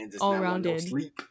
all-rounded